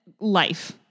life